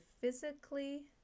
physically